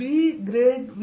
dSVV